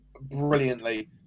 brilliantly